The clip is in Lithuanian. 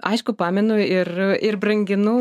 aišku pamenu ir ir branginu